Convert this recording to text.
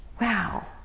Wow